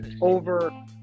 over